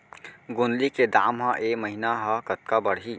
गोंदली के दाम ह ऐ महीना ह कतका बढ़ही?